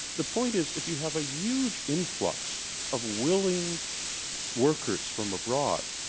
the point is, if you have a huge influx of willing workers from abroad,